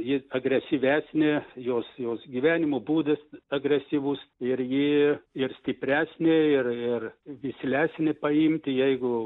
ji agresyvesnė jos jos gyvenimo būdas agresyvus ir ji ir stipresnė ir ir vislesnė paimti jeigu